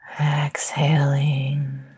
Exhaling